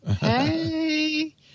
hey